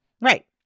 Right